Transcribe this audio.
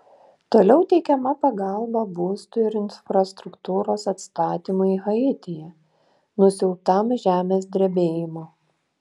toliau teikiama pagalba būstų ir infrastruktūros atstatymui haityje nusiaubtam žemės drebėjimo